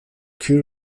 key